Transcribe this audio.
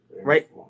right